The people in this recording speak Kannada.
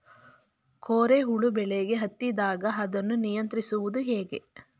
ಕೋರೆ ಹುಳು ಬೆಳೆಗೆ ಹತ್ತಿದಾಗ ಅದನ್ನು ನಿಯಂತ್ರಿಸುವುದು ಹೇಗೆ?